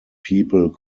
people